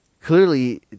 clearly